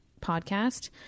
podcast